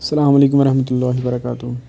السلام علیکُم ورحمَتُہ اللہ وبرکاتہ